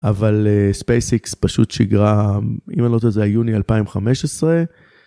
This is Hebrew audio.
אבל ספייסקס פשוט שיגרם אם לא תזהה יוני 2015.